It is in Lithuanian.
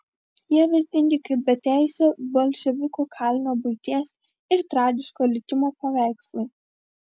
jie vertingi kaip beteisio bolševikų kalinio buities ir tragiško likimo paveikslai